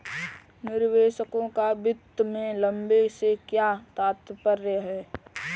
निवेशकों का वित्त में लंबे से क्या तात्पर्य है?